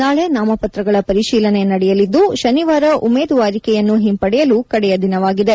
ನಾಳೆ ನಾಮಪತ್ರಗಳ ಪರಿಶೀಲನೆ ನಡೆಯಲಿದ್ದು ಶನಿವಾರ ಉಮೇದುವಾರಿಕೆಯನ್ನು ಹಿಂಪಡೆಯಲು ಕಡೆಯ ದಿನವಾಗಿದೆ